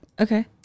Okay